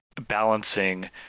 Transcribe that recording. balancing